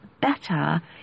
better